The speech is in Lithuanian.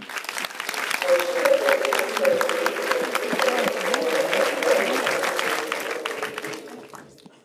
po šitokio fizinio ir kūrybinio krūvio mesti danutę atgal į henriko ibseno glėbį